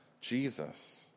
Jesus